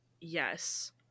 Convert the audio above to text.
yes